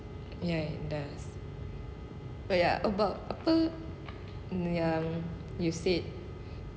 ya it does oh ya about apa yang you said